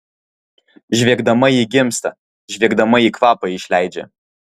žviegdama ji gimsta žviegdama ji kvapą išleidžia